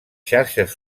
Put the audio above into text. xarxes